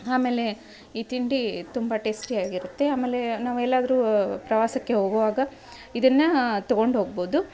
ಆಮೇಲೇ ಈ ತಿಂಡೀ ತುಂಬ ಟೇಸ್ಟಿಯಾಗಿರುತ್ತೆ ಆಮೇಲೇ ನಾವು ಎಲ್ಲಾದರೂ ಪ್ರವಾಸಕ್ಕೆ ಹೋಗುವಾಗ ಇದನ್ನು ತಗೊಂಡು ಹೋಗ್ಬೋದು